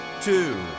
two